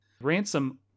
Ransom